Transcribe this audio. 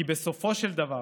כי בסופו של דבר